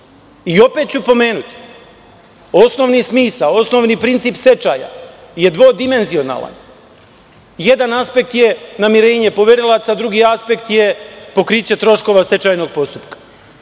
i opet ću pomenuti. Osnovni smisao, osnovni princip stečaja je dvodimenzionalan. Jedan aspekt je namirenje poverilaca, a drugi aspekt je pokriće troškova stečajnog postupka.